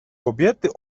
kobiety